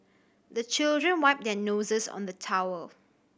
the children wipe their noses on the towel